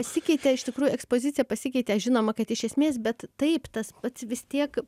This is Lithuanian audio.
pasikeitė iš tikrųjų ekspozicija pasikeitė žinoma kad iš esmės bet taip tas pats vis tiek